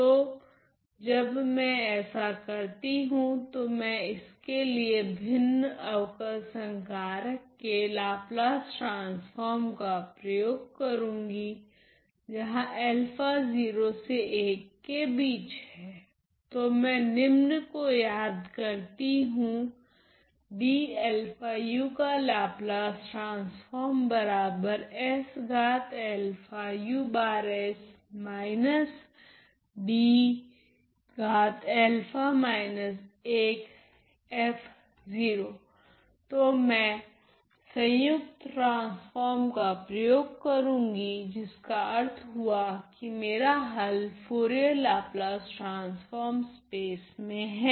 तो जब मैं ऐसा करती हूँ तो मैं इसके लिए भिन्न अवकल संकारक के लाप्लास ट्रांसफोर्म का प्रयोग करूंगी जहां Refer Slide Time 2258 तो मैं निम्न को याद करती हूँ तो मैं संयुक्त ट्रांसफोर्म का प्रयोग करूंगी जिसका अर्थ हुआ कि मेरा हल फुरियर लाप्लास ट्रांसफोर्म स्पेस में हैं